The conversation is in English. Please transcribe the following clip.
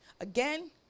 again